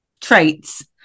traits